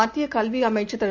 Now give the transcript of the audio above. மத்தியகல்விஅமைச்சர் திரு